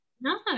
No